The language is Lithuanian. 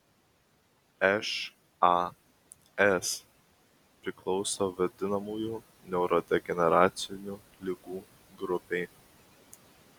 šas priklauso vadinamųjų neurodegeneracinių ligų grupei